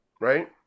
right